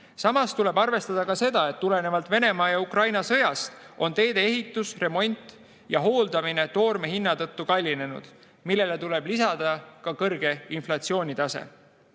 Samas tuleb arvestada seda, et tulenevalt Venemaa ja Ukraina sõjast on teede ehitus, remont ja hooldamine toorme hinna tõttu kallinenud, millele tuleb lisada ka kõrge inflatsioonitase.